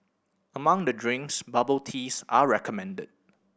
among the drinks bubble teas are recommended